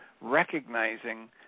recognizing